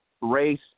race